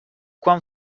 quan